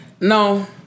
No